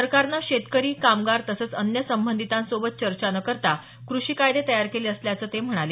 सरकारनं शेतकरी कामगार तसंच अन्य संबंधितांसोबत चर्चा न करता कृषी कायदे तयार केले असल्याचं ते म्हणाले